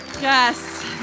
yes